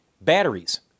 batteries